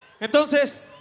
Entonces